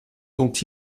dont